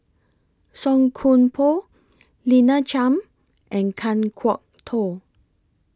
Song Koon Poh Lina Chiam and Kan Kwok Toh